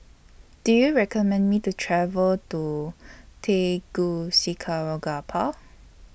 Do YOU recommend Me to travel to